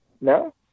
no